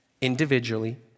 individually